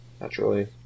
naturally